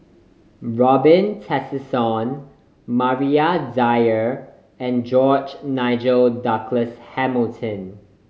Robin Tessensohn Maria Dyer and George Nigel Douglas Hamilton